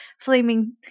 flaming